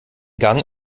gang